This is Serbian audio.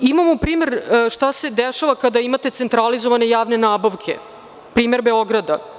Imamo primer šta se dešava kada imate centralizovane javne nabavke, primer Beograda.